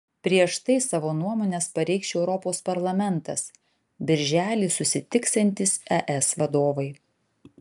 prieš tai savo nuomones pareikš europos parlamentas birželį susitiksiantys es vadovai